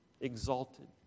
exalted